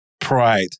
pride